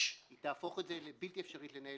--- תהפוך את זה לבלתי אפשרי לנהל